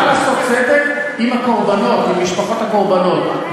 בא לעשות צדק עם הקורבנות, עם משפחות הקורבנות.